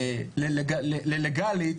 ללגלית.